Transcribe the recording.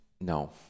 No